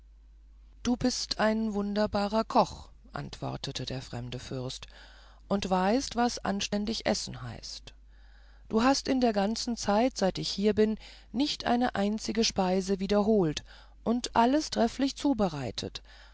du bist ein wunderbarer koch antwortete der fremde fürst und weißt was anständig essen heißt du hast in der ganzen zeit daß ich hier bin nicht eine einzige speise wiederholt und alles trefflich bereitet